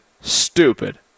stupid